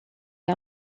est